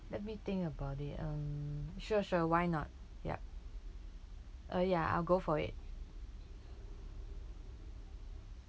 let me think about it um sure sure why not yup uh ya I'll go for it